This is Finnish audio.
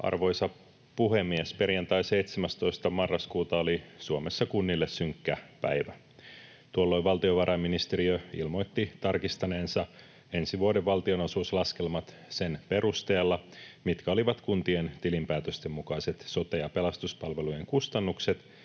Arvoisa puhemies! Perjantai 17. marraskuuta oli Suomessa kunnille synkkä päivä. Tuolloin valtiovarainministeriö ilmoitti tarkistaneensa ensi vuoden valtionosuuslaskelmat sen perusteella, mitkä olivat kuntien tilinpäätösten mukaiset sote‑ ja pelastuspalveluiden kustannukset